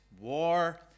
war